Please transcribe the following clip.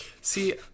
See